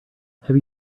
have